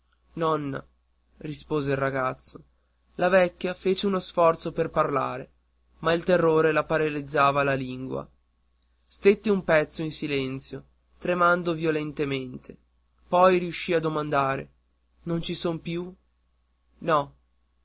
nonna rispose il ragazzo la vecchia fece uno sforzo per parlare ma il terrore le paralizzava la lingua stette un pezzo in silenzio tremando violentemente poi riuscì a domandare non ci son più no